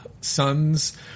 sons